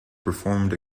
performed